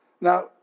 Now